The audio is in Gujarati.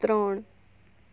ત્રણ